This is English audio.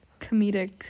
comedic